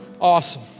Awesome